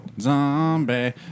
Zombie